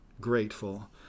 grateful